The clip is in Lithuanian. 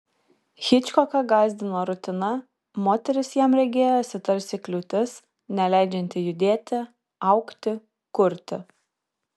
hičkoką gąsdino rutina moteris jam regėjosi tarsi kliūtis neleidžianti judėti augti kurti